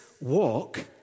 walk